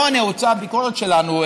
פה נעוצה הביקורת שלנו,